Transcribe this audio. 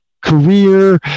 career